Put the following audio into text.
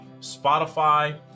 Spotify